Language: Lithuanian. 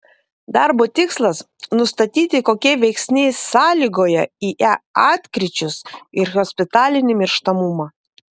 darbo tikslas nustatyti kokie veiksniai sąlygoja ie atkryčius ir hospitalinį mirštamumą